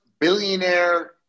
billionaire